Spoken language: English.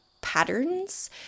patterns